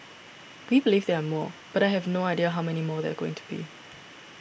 we believe there are more but I have no idea how many more there are going to be